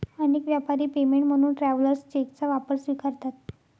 अनेक व्यापारी पेमेंट म्हणून ट्रॅव्हलर्स चेकचा वापर स्वीकारतात